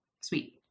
Sweet